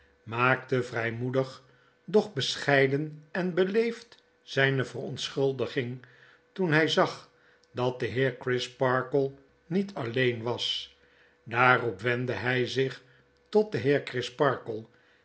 maakte vrgmoedig doch bescheiden en beleefd zgne verontschuldiging toen hg zag dat de heer crisparkle niet alleen was daarop wendde hg zich tot den heer